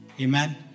Amen